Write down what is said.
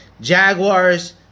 Jaguars